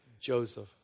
Joseph